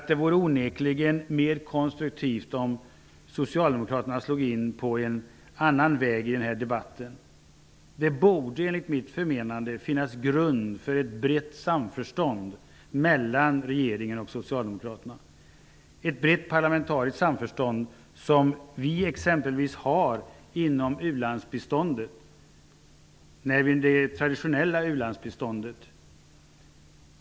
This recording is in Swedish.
Det vore onekligen mer konstruktivt om Socialdemokraterna slog in på en annan väg i den här debatten. Det borde enligt mitt förmenande finnas grund för ett brett samförstånd mellan regeringen och Socialdemokraterna, ett brett parlamentariskt samförstånd som vi exempelvis har i fråga om det traditionella u-landsbiståndet.